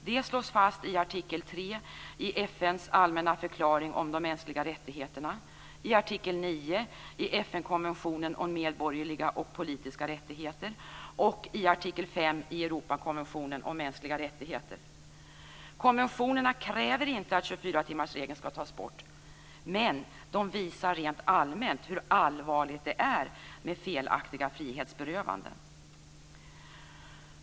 Det slås fast i artikel 3 i FN:s allmänna förklaring om de mänskliga rättigheterna, i artikel 9 i FN-konventionen om medborgerliga och politiska rättigheter och i artikel 5 i Europakonventionen om mänskliga rättigheter. Konventionerna kräver inte att 24-timmarsregeln skall tas bort, men de visar rent allmänt hur allvarligt det är med felaktiga frihetsberövanden.